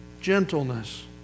gentleness